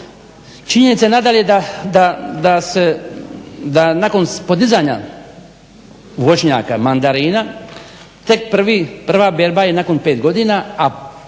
Činjenica je nadalje da nakon podizanja voćnjaka mandarina, tek prva berba je nakon pet godina